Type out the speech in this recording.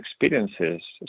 experiences